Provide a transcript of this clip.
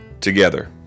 together